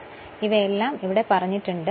ഇപ്പോൾ ഇവയെല്ലാം ഇവിടെ പറഞ്ഞിട്ടുണ്ട്